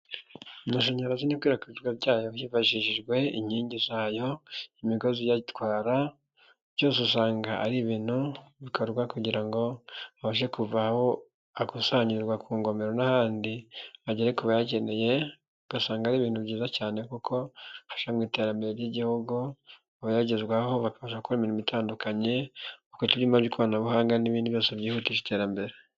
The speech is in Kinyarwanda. Amashanyarazi n'ikwirakwizwa ryayo hifashishijwe inkingi zayo, imigozi uyatwara byose usanga ari ibintu bikorwa kugira ngo abashe kuvaho akusanyirizwa ku ngomero n'ahandi agere ku bayakeneye ugasanga ari ibintu byiza cyane kuko bifasha mu iterambere ry'igihugu, abayagezwaho bafashakora imirimo itandukanye, bakajyana n'ikoranabuhanga n'ibindim byose byihutisha iterambere.